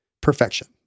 perfection